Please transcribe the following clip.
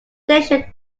potential